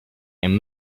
and